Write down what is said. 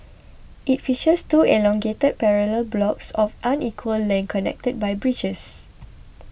it features two elongated parallel blocks of unequal length connected by bridges